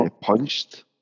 punched